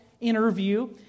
interview